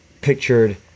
pictured